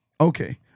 Okay